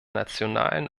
nationalen